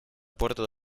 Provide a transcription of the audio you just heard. puerto